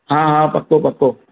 हा हा पको पको